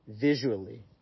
visually